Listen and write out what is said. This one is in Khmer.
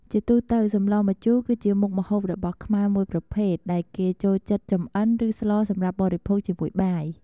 ជាទូទៅសម្លម្ជូរគឺជាមុខម្ហូបរបស់ខ្មែរមួយប្រភេទដែលគេចូលចិត្តចម្អិនឬស្លសម្រាប់បរិភោគជាមួយបាយ។